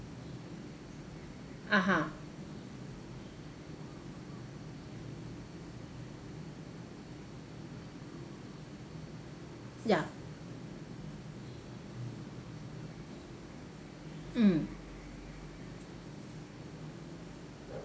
(uh huh) ya mm